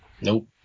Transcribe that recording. nope